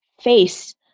face